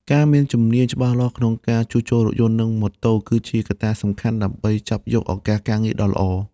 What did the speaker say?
ការមានជំនាញច្បាស់លាស់ក្នុងការជួសជុលរថយន្តនិងម៉ូតូគឺជាកត្តាសំខាន់ដើម្បីចាប់យកឱកាសការងារដ៏ល្អ។